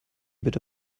bitte